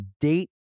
date